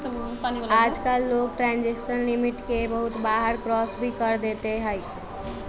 आजकल लोग transaction limit के बहुत बार क्रास भी कर देते हई